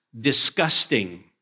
disgusting